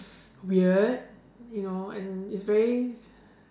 weird you know and it's very